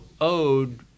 owed